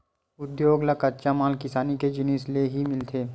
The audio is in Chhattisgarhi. उद्योग ल कच्चा माल किसानी के जिनिस ले ही मिलथे